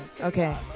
okay